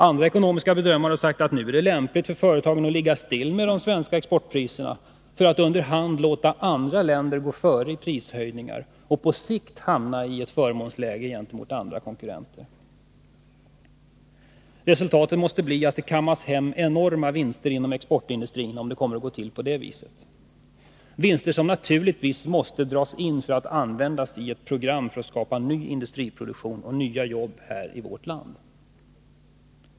Andra ekonomiska bedömare har sagt att det nu är lämpligt för företagen att ligga still med de svenska exportpriserna, för att under hand låta andra länder gå före i prishöjningar och på sikt hamna i ett förmånsläge gentemot konkurrenterna. Resultatet måste bli att det kammas hem enorma vinster inom exportindustrin, om det kommer att gå till på det här viset. Det är vinster som naturligtvis måste dras in för att användas i ett program för att skapa ny industriproduktion och nya jobb här i vårt land.